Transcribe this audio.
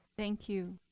thank you.